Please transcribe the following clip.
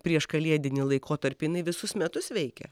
prieškalėdiniu laikotarpiu jinai visus metus veikia